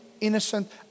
innocent